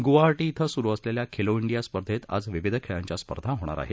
गुवाहाटी क्रिं सुरु असलेल्या खेलो डिया स्पर्धेत आज विविध खेळांच्या स्पर्धा होणार आहेत